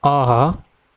ஆஹா